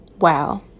Wow